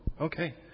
Okay